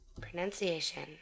Pronunciation